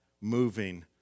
moving